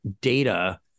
data